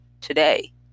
today